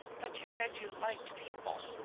but you said you liked people.